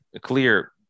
clear